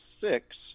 six